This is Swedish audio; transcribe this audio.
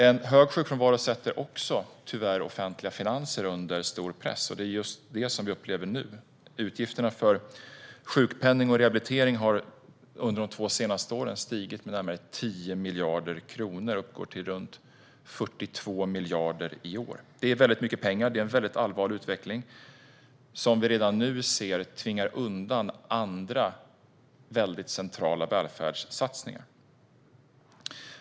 En hög sjukfrånvaro sätter också de offentliga finanserna under stor press. Det är just detta vi upplever nu. Utgifterna för sjukpenning och rehabilitering har under de senaste två åren stigit med närmare 10 miljarder kronor och uppgår till runt 42 miljarder i år. Det är mycket pengar och en allvarlig utveckling som vi redan nu ser tvingar undan andra centrala välfärdssatsningar.